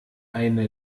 eine